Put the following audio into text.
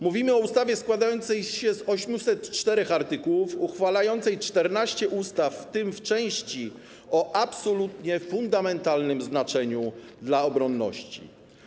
Mówimy o ustawie składającej się z 804 artykułów, uchylającej 14 ustaw, w tym w części o absolutnie fundamentalnym znaczeniu dla obronności.